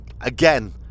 again